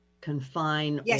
confine